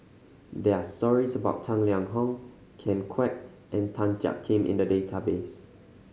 there are stories about Tang Liang Hong Ken Kwek and Tan Jiak Kim in the database